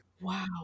Wow